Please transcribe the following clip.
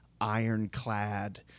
ironclad